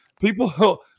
People